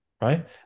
right